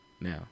Now